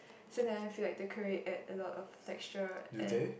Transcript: so then I feel like the quail egg adds a lot of texture and